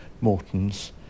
Morton's